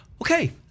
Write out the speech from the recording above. Okay